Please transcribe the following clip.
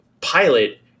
pilot